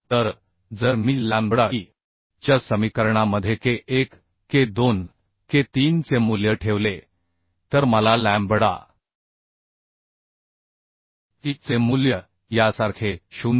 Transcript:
तर जर मी लॅम्बडा ई च्या समीकरणा मध्ये K 1 K 2 K 3 चे मूल्य ठेवले तर मला लॅम्बडा ई चे मूल्य यासारखे 0